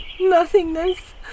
nothingness